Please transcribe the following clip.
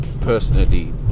personally